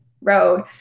road